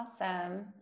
Awesome